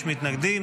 יש מתנגדים.